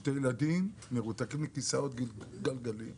שתי ילדים מרותקים לכיסאות גלגלים,